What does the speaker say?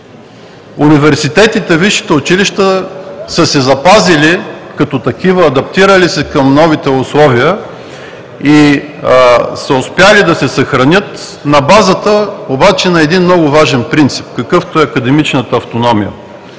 университетите, висшите училища са се запазили като такива, адаптирали са се към новите условия и са успели да се съхранят на базата обаче на един много важен принцип, какъвто е академичната автономия